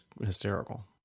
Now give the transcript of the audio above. hysterical